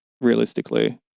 realistically